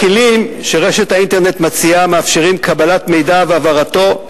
הכלים שרשת האינטרנט מציעה מאפשרים קבלת מידע והעברתו,